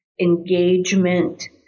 engagement